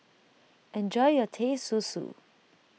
enjoy your Teh Susu